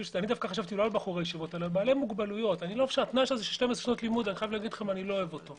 אבל בעלי מוגבלויות התנאי של 12 שנות לימוד אני לא אוהב אותו.